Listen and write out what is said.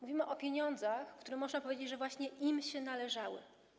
Mówimy o pieniądzach, które, można powiedzieć, właśnie im się należały.